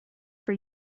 for